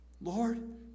Lord